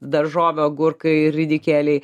daržovių agurkai ridikėliai